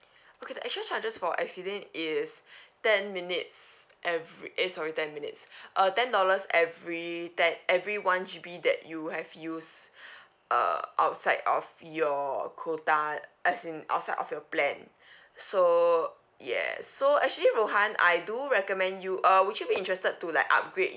okay the actual charges for exceeding is ten minutes ev~ eh sorry ten minutes uh ten dollars every ten every one G_B that you have used uh outside of your quota as in outside of your plan so yes so actually rohan I do recommend you uh would you be interested to like upgrade